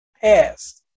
past